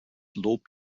lob